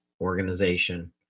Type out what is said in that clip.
organization